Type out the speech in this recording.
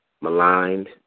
maligned